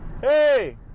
Hey